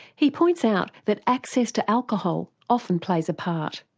he points out that access to alcohol often plays a part.